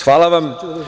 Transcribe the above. Hvala vam.